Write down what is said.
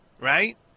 right